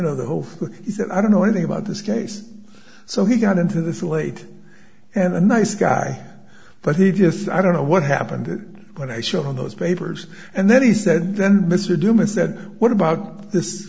know the whole thing he said i don't know anything about this case so he got into this late and a nice guy but he just i don't know what happened what i saw on those papers and then he said then mr dumas said what about this